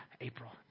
April